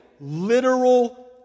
literal